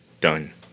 Done